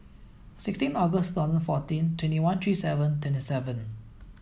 sixteen August two thousand fourteen twenty one three seven twenty seven